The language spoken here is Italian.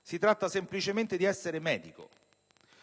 Si tratta semplicemente di essere medico,